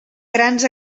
grans